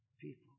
people